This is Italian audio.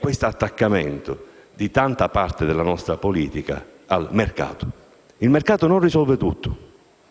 l'attaccamento di tanta parte della nostra politica al mercato. Il mercato privato non risolve tutto;